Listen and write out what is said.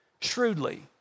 shrewdly